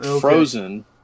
Frozen